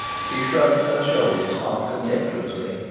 she shrugged her shoulders half contemptuously.